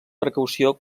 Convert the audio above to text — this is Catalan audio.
precaució